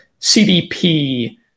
CDP